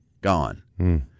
gone